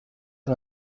una